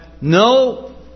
no